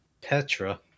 petra